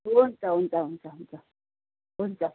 हुन्छ हुन्छ हुन्छ हुन्छ